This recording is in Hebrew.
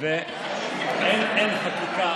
אין חקיקה.